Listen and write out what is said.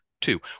two